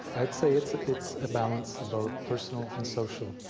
i'd say it's it's a balance of both personal and social.